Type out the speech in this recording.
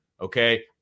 Okay